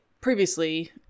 previously